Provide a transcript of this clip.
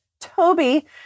toby